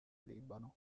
libano